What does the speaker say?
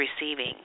receiving